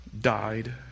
died